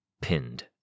pinned